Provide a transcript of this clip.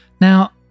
Now